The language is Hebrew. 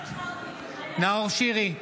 נוכחת נאור שירי,